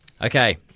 Okay